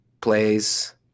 plays